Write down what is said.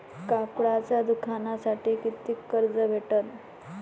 कापडाच्या दुकानासाठी कितीक कर्ज भेटन?